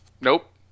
Nope